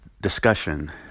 discussion